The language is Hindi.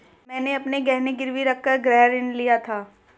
मैंने अपने गहने गिरवी रखकर गृह ऋण लिया था